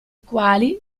quali